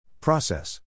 Process